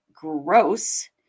gross